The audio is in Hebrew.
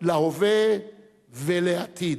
להווה ולעתיד.